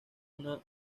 una